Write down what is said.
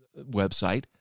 website